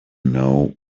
know